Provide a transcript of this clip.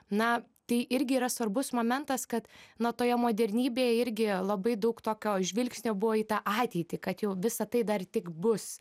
na tai irgi yra svarbus momentas kad na toje modernybėje irgi labai daug tokio žvilgsnio buvo į tą ateitį kad jau visa tai dar tik bus